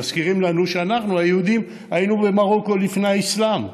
שאנחנו היהודים היינו במרוקו לפני האסלאם,